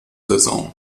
saison